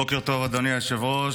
בוקר טוב, אדוני היושב-ראש.